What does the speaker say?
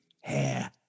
hair